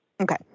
Okay